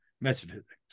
metaphysics